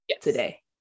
today